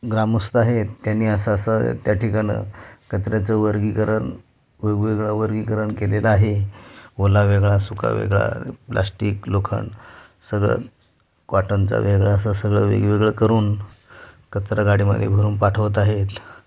ग्रामस्थ आहेत त्यानी असं असं त्या ठिकाणं कचऱ्याचं वर्गीकरण वेगवेगळं वर्गीकरण केलेलं आहे ओला वेगळा सुका वेगळा प्लास्टिक लोखंड सगळं कॉटनचा वेगळा असा सगळं वेगवेगळं करून कचरागाडीमध्ये भरून पाठवत आहेत